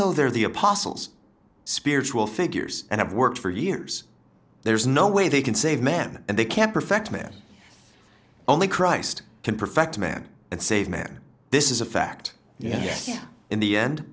though they're the apostles spiritual figures and have worked for years there's no way they can save man and they can't perfect man only christ can perfect man and save man this is a fact yes in the end